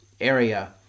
area